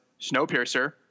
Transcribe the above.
Snowpiercer